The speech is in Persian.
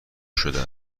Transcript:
شده